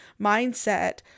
mindset